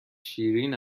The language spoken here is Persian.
شیرین